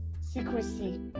secrecy